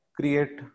create